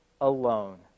alone